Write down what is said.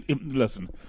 Listen